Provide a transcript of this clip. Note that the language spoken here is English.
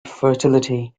fertility